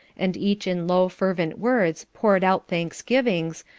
and each in low fervent words poured out thanksgivings,